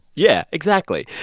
yeah exactly.